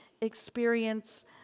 experience